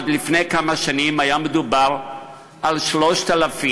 עד לפני כמה שנים היה מדובר על 3,000,